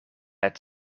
het